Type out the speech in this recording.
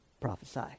prophesy